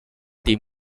team